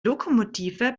lokomotive